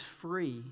free